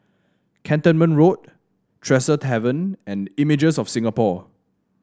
Cantonment Road Tresor Tavern and Images of Singapore